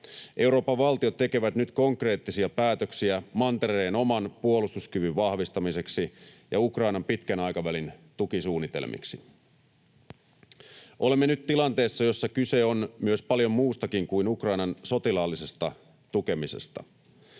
Euroopan valtiot tekevät nyt konkreettisia päätöksiä mantereen oman puolustuskyvyn vahvistamiseksi ja Ukrainan pitkän aikavälin tukisuunnitelmiksi. Olemme nyt tilanteessa, jossa kyse on myös paljon muustakin kuin Ukrainan sotilaallisesta tukemisesta.